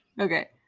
Okay